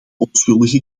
onschuldige